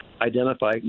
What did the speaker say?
identify